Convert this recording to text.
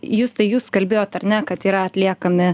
justai jūs kalbėjot ar ne kad yra atliekami